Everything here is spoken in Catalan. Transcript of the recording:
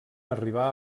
arribar